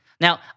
Now